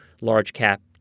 large-cap